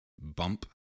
bump